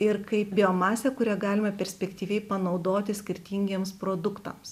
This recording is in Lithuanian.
ir kaip biomasę kurią galima perspektyviai panaudoti skirtingiems produktams